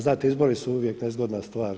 Znate, izbori su uvijek nezgodna stvar.